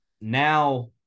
Now